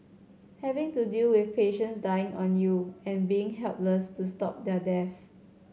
have to deal with patients dying on you and being helpless to stop their deaths